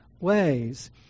ways